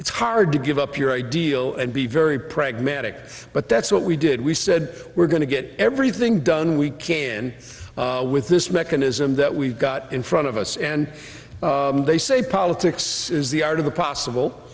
it's hard to give up your ideal and be very pragmatic but that's what we did we said we're going to get everything done we can with this mechanism that we've got in front of us and they say politics is the art of the possible